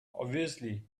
obviously